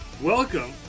Welcome